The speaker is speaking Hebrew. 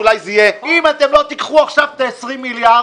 --- אם אתם לא תיקחו עכשיו את ה-20 מיליארד,